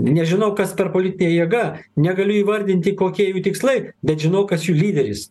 nežinau kas per politinė jėga negaliu įvardinti kokie jų tikslai bet žinau kas jų lyderis